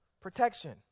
Protection